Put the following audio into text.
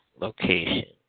Location